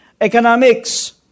Economics